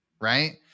right